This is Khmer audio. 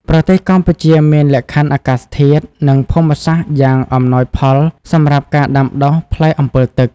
ប្រទេសកម្ពុជាមានលក្ខខណ្ឌអាកាសធាតុ និងភូមិសាស្ត្រយ៉ាងអំណោយផលសម្រាប់ការដាំដុះផ្លែអម្ពិលទឹក។